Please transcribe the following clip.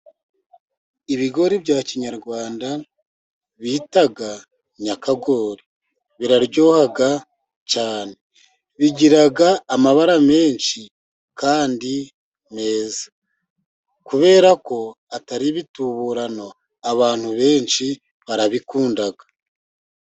Ibigori bya kinyarwanda bita nyakagoreri. Biraryoha cyane. Bigira amabara menshi kandi meza. Kubera ko atari ibituburano, abantu benshi barabikunda.